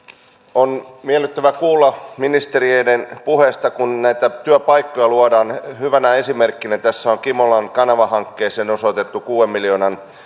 on miellyttävä kuulla ministereiden puheita että näitä työpaikkoja luodaan hyvänä esimerkkinä tässä on kimolan kanavahankkeeseen osoitettu kuuden miljoonan